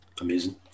Amazing